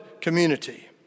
community